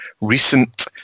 recent